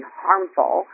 harmful